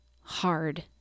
hard